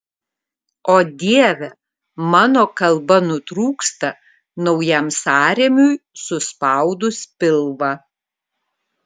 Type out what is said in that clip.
o dieve mano kalba nutrūksta naujam sąrėmiui suspaudus pilvą